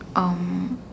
um